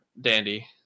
dandy